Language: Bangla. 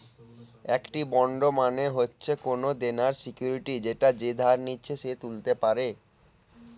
একটি বন্ড মানে হচ্ছে কোনো দেনার সিকুইরিটি যেটা যে ধার নিচ্ছে সে তুলতে পারে